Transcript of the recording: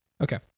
Okay